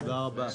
תודה רבה.